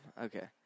okay